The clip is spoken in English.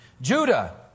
Judah